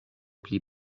pli